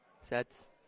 Sets